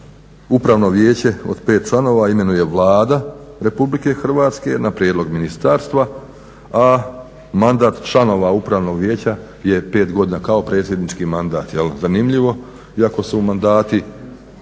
Upravno vijeće od 5 članova imenuje Vlada Republike Hrvatske na prijedlog ministarstva, a mandat članova Upravnog vijeća je 5 godina kao predsjednički mandat. Zanimljivo iako su mandati